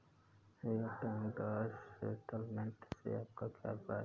Real time gross settlement से आपका क्या अभिप्राय है?